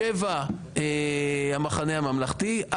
7 המחנה הממלכתי,